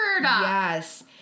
Yes